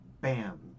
bam